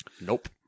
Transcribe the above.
Nope